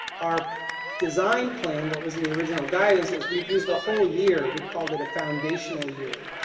our design plan what was in the original guidance was we'd used the whole year we called it a foundational year.